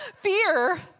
fear